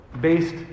based